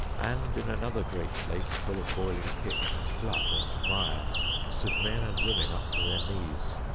and in another great lake full of boiling pitch and blood and mire stood men and women up to their knees.